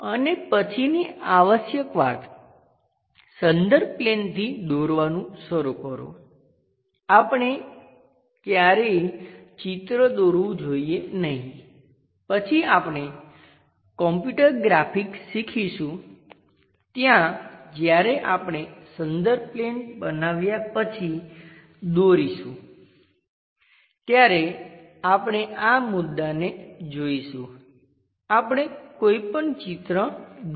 અને પછીની આવશ્યક વાત સંદર્ભ પ્લેનથી દોરવાનું શરૂ કરો આપણે ક્યારેય ચિત્ર દોરવું જોઈએ નહીં પછી આપણે કમ્પ્યુટર ગ્રાફિક્સ શીખીશું ત્યાં જ્યારે આપણે સંદર્ભ પ્લેન બનાવ્યા પછી દોરીશું ત્યારે આપણે આ મુદ્દાને જોઈશું આપણે કોઈપણ ચિત્ર દોરી શકીશું